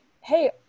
Hey